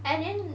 and then